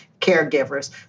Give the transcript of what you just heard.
caregivers